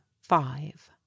five